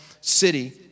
city